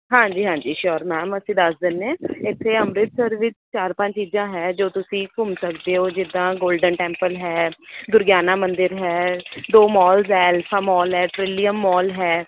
ਹਾਂਜੀ ਹਾਂਜੀ sure ma'am ਅਸੀਂ ਦੱਸ ਦਿੰਦੇ ਇੱਥੇ ਅੰਮ੍ਰਿਤਸਰ ਵਿੱਚ ਚਾਰ ਪੰਜ ਚੀਜ਼ਾਂ ਹੈ ਜੋ ਤੁਸੀਂ ਘੁੰਮ ਸਕਦੇ ਹੋ ਜਿੱਦਾਂ ਗੋਲਡਨ ਟੈਂਪਲ ਹੈ ਦੁਰਗਿਆਨਾ ਮੰਦਿਰ ਹੈ ਦੋ ਮੋਲਸ ਹੈ ਐਲਫਾ ਮੋਲ ਹੈ ਟ੍ਰਿਲੀਅਮ ਮੋਲ ਹੈ